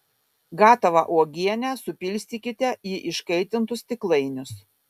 gatavą uogienę supilstykite į iškaitintus stiklainius